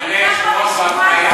אדוני היושב-ראש, אני גם ברשימה לפניו.